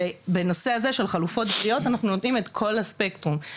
בנושא החלופות הבריאות אנחנו נותנים את כל הספקטרום,